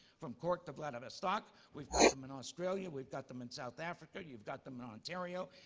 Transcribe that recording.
from cork to vladivostok. we've got them in australia. we've got them in south africa. you've got them in ontario.